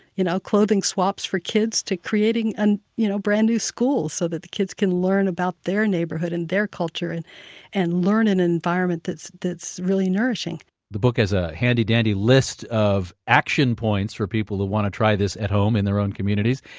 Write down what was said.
you know, clothing swaps for kids to creating you know brand new schools so that the kids can learn about their neighborhood and their culture and and learn an environment that's that's really nourishing the book has a handy dandy list of action points for people who want to try this at home in their own communities.